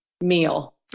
meal